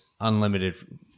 unlimited